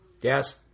Yes